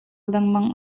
lengmang